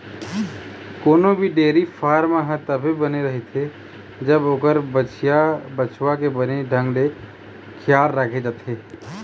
कोनो भी dairy farm ह तभे बने रहिथे जब ओखर बछिया, बछवा के बने ढंग ले खियाल राखे जाथे